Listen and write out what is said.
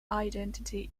identity